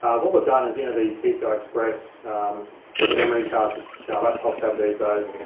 what we've done is, you know the pci express memory cards that yeah laptops have these days,